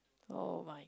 oh my